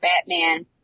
Batman